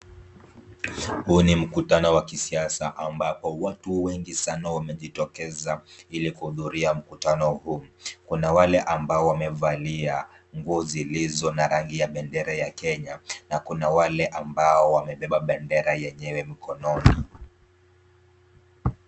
Huu ni mkutano wa kisiasa, ambapo watu wengi sana wamejitokeza kuhudhuria mkutano huu. Kuna wale ambao wamevalia nguo zilizo na rangi ya bendera ya kenya na kuna wale ambao wamebeba bendera yenyewe mkononi.